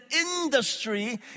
industry